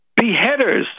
Beheaders